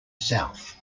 south